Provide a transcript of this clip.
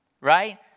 right